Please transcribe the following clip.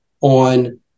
on